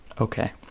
Okay